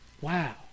Wow